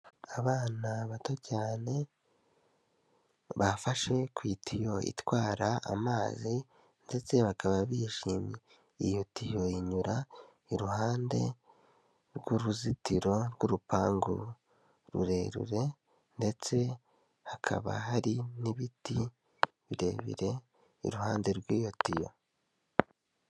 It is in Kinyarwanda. Abana bato cyane bafashe ku itiyo itwara amazi, ndetse bakaba bishimye, iyo tiyo inyura iruhande rw'uruzitiro rw'urupangu rurerure, ndetse hakaba hari n'ibiti birebire iruhande rw'iyo tiyo.